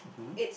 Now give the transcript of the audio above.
mmhmm